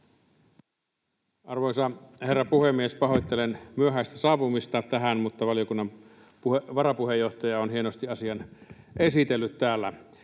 Arvoisa herra puhemies! Pahoittelen myöhäistä saapumista tähän, mutta valiokunnan varapuheenjohtaja on hienosti asian esitellyt täällä.